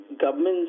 governments